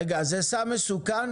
רגע, אז זה סם מסוכן?